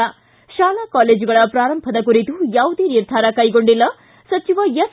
ಿ ಶಾಲಾ ಕಾಲೇಜುಗಳ ಪ್ರಾರಂಭದ ಕುರಿತು ಯಾವುದೇ ನಿರ್ಧಾರ ಕೈಗೊಂಡಿಲ್ಲ ಸಚಿವ ಎಸ್